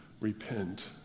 repent